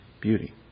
beauty